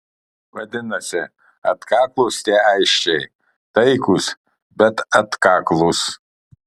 vadinasi atkaklūs tie aisčiai taikūs bet atkaklūs